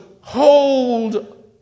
hold